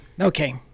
Okay